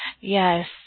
Yes